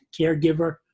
Caregiver